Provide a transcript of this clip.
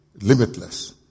limitless